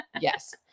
yes